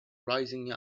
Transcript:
rising